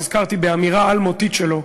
נזכרתי באמירה אלמותית שלו,